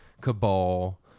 Cabal